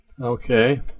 Okay